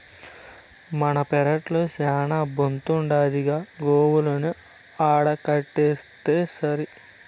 మన పెరట్ల శానా బోతుండాదిగా గోవులను ఆడకడితేసరి